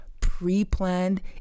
pre-planned